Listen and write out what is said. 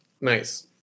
nice